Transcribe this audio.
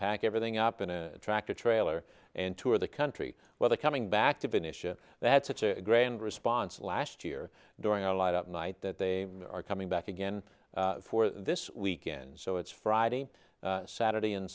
pack everything up in a tractor trailer and tour the country weather coming back to be an issue that such a grand response last year during our light up night that they are coming back again for this weekend so it's friday saturday and